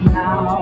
now